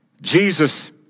Jesus